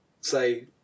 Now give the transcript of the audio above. say